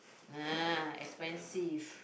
nah expensive